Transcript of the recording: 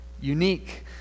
unique